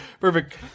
Perfect